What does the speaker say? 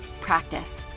practice